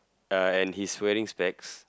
uh and he's wearing specs